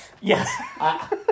Yes